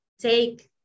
take